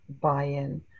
buy-in